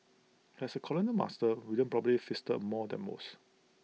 as A colonial master William probably feasted more than most